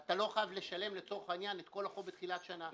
אתה לא חייב לשלם את כל החוב בתחילת השנה.